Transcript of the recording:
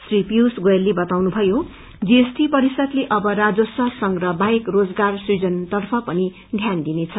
श्री पीयूष गोयलले बताउनुभयो GST परिषद अब राजस्व संग्रहबाहेक रोजगार सूजनतर्फ पनि ध्यान दिनेछ